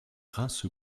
rince